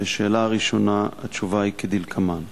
על השאלה הראשונה התשובה היא כדלקמן: